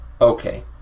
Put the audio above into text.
Okay